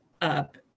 up